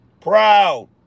Proud